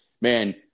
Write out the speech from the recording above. man